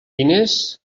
diners